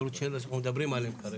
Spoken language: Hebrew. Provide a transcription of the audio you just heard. הצרות שאנחנו מדברים עליהם כרגע.